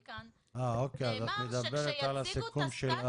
כאן -- אז את מדברת על הסיכום של אז.